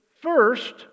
first